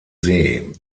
see